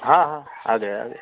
हाँ हाँ आ गए आ गए